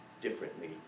differently